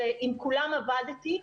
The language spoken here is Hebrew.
שעם כולם עבדתי,